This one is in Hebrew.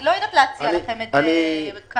אני לא יודעת להציע לכם את זה כרגע.